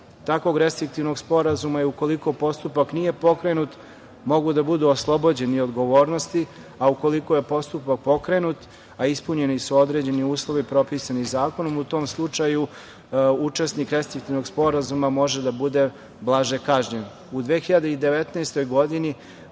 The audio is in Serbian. takvog restriktivnog sporazuma. Ukoliko postupak nije pokrenut, mogu da budu oslobođeni odgovornosti, a ukoliko je postupak pokrenut, a ispunjeni su određeni uslovi, propisani zakonom, u tom slučaju učesnik restriktivnog sporazuma može da bude blaže kažnjen.U 2019. godini